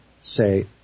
say